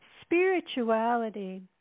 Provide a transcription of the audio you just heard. Spirituality